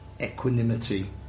equanimity